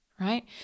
right